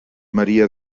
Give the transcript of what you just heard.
maria